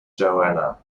joanna